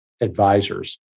advisors